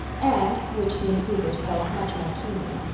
and. which the improvers felt much more keenly.